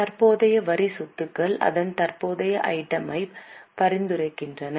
தற்போதைய வரி சொத்துக்கள் அதன் தற்போதைய ஐட்டம் யை பரிந்துரைக்கின்றன